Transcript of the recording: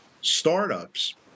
startups